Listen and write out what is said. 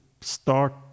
start